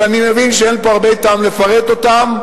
שאני מבין שאין פה הרבה טעם לפרט אותן,